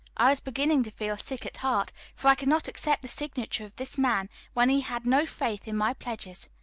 i was beginning to feel sick at heart, for i could not accept the signature of this man when he had no faith in my pledges.